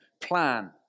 plan